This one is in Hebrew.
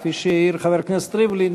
כפי שהעיר חבר הכנסת ריבלין,